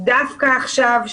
דווקא עכשיו,